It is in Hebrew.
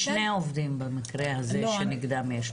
יש שני עובדים במקרה הזה שנגדם יש תלונה.